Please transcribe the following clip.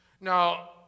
Now